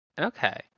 okay